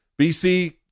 BC